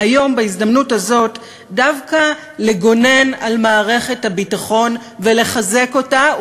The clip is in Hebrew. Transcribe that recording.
היום בהזדמנות הזאת דווקא לגונן על מערכת הביטחון ולחזק אותה,